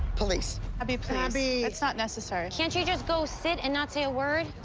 police? abby, please. abby. that's not necessary. can't you just go sit and not say a word?